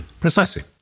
Precisely